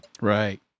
right